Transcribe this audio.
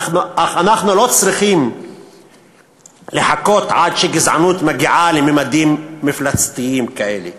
אך אנחנו לא צריכים לחכות עד שגזענות מגיעה לממדים מפלצתיים כאלה.